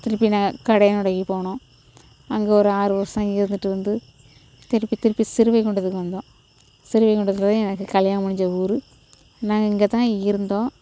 திருப்பி நான் கடையனோடைக்கு போனோம் அங்கே ஒரு ஆறு வருஷம் இருந்துகிட்டு வந்து திருப்பி திருப்பி சிறுவைகுண்டத்துக்கு வந்தோம் சிறுவைகுண்டத்தில் தான் எனக்கு கல்யாணம் முடிஞ்ச ஊர் நாங்கள் இங்கே தான் இருந்தோம்